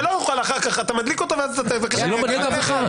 מדליק אותו ואז אתה מבקש שאני אגן עליך?